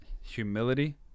humility